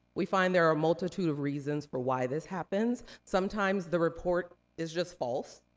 we find there are a multitude of reasons for why this happens. sometimes the report is just false.